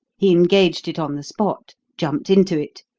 he engaged it on the spot, jumped into it,